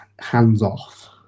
hands-off